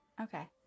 Okay